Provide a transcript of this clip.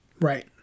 Right